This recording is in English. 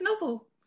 novel